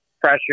pressure